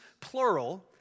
plural